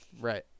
right